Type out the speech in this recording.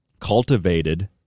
cultivated